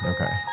Okay